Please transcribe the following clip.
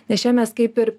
nes čia mes kaip ir